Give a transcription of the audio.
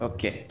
Okay